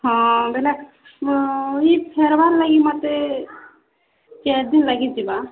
ହଁ ବେଲେ ଇ ଫେର୍ବାର୍ ଲାଗି ମତେ ଚାର୍ଦିନ୍ ଲାଗିଯିବା